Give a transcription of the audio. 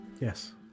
Yes